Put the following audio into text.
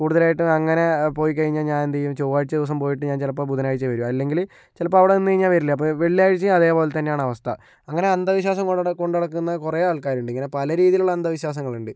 കൂടുതലായിട്ടും അങ്ങനെ പോയി കഴിഞ്ഞാൽ ഞാനെന്തു ചെയ്യും ചൊവ്വാഴ്ച ദിവസം പോയിട്ട് ഞാൻ ചിലപ്പോൾ ബുധനാഴ്ച വരും അല്ലെങ്കില് ചിലപ്പോൾ അവിടെ നിന്ന് കഴിഞ്ഞാൽ വരില്ല അപ്പോൾ വെള്ളിയാഴ്ച അതേപോലെ തന്നെയാണ് അവസ്ഥ അങ്ങനെ അന്ധവിശ്വാസം കൊണ്ട് നടക്കുന്ന കുറെ ആൾക്കാറുണ്ട് ഇങ്ങനെ പല രീതിയിലുള്ള അന്ധവിശ്വാസങ്ങൾ ഉണ്ട്